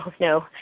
no